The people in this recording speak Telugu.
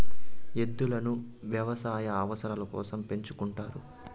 ఎద్దులను వ్యవసాయ అవసరాల కోసం పెంచుకుంటారు